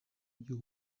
you